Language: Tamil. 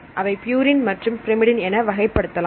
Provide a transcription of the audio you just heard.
அவை பியூரின் மற்றும் பிரமிடின் என வகைப்படுத்தலாம்